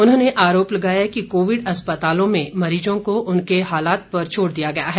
उन्होंने आरोप लगाया कि कोविड अस्पतालों में मरीजों को उनके हालात पर छोड़ दिया गया है